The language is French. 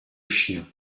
chiens